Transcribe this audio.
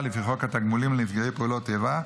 לפי חוק התגמולים לנפגעי פעולות איבה,